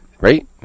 Right